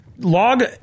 Log